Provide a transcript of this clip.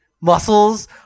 muscles